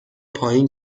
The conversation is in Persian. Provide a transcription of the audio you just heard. پایین